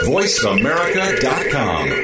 VoiceAmerica.com